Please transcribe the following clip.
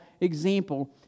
example